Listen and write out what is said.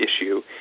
issue